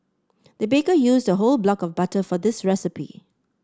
the baker used a whole block of butter for this recipe